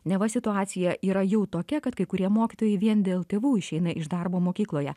neva situacija yra jau tokia kad kai kurie mokytojai vien dėl tėvų išeina iš darbo mokykloje